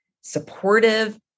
supportive